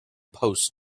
post